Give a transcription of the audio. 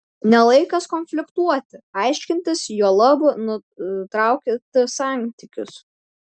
ne laikas konfliktuoti aiškintis juolab nutraukti santykius